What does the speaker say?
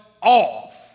off